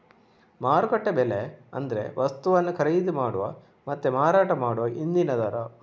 ಮಾರುಕಟ್ಟೆ ಬೆಲೆ ಅಂದ್ರೆ ವಸ್ತುವನ್ನ ಖರೀದಿ ಮಾಡುವ ಮತ್ತೆ ಮಾರಾಟ ಮಾಡುವ ಇಂದಿನ ದರ